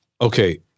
Okay